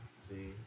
see